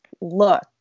look